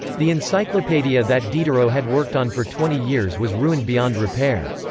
the encyclopedia that diderot had worked on for twenty years was ruined beyond repair.